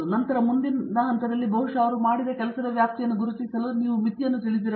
ನಂತರ ಮುಂದಿನ ಹಂತ ಬಹುಶಃ ಅವರು ಮಾಡಿದ ಕೆಲಸದ ವ್ಯಾಪ್ತಿಯನ್ನು ಗುರುತಿಸಲು ನೀವು ಮಿತಿಯನ್ನು ತಿಳಿದಿರಬೇಕು